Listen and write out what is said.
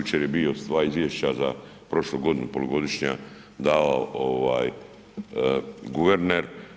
Jučer je bio dva izvješća za prošlu godinu polugodišnja davao ovaj guverner.